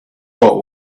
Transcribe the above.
lot